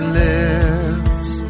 lives